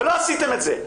ולא עשיתם את זה.